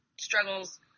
struggles